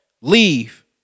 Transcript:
leave